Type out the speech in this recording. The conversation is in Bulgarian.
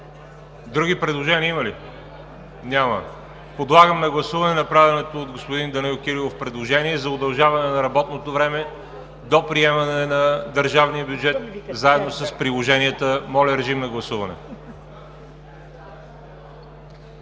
други предложения? Няма. Подлагам на гласуване направеното от господин Данаил Кирилов предложение за удължаване на работното време до приемане на Държавния бюджет, заедно с приложенията. Гласували